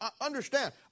understand